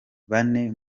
bane